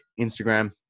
Instagram